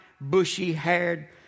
bushy-haired